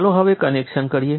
ચાલો હવે કનેક્શન કરીએ